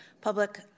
public